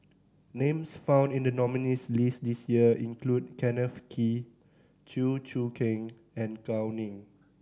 names found in the nominees' list this year include Kenneth Kee Chew Choo Keng and Gao Ning